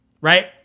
right